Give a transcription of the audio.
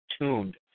tuned